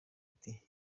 ati